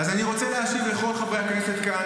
אני רוצה להשיב לכל חברי הכנסת כאן,